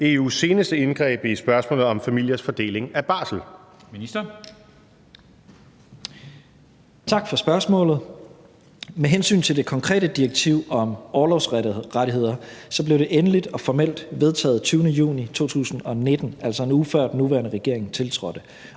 (Beskæftigelsesministeren) Mattias Tesfaye (fg.): Tak for spørgsmålet. Med hensyn til det konkrete direktiv om orlovsrettigheder blev det endeligt og formelt vedtaget den 20. juni 2019, altså en uge før den nuværende regering tiltrådte,